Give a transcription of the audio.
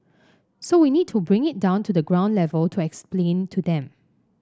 so we need to bring it down to the ground level to explain to them